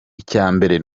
icyambere